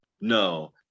No